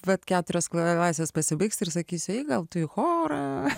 vat keturios klasės pasibaigs ir sakysiu gal tu į chorą